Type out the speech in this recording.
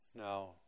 Now